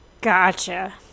Gotcha